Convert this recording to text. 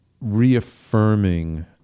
reaffirming